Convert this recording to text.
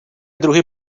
druhy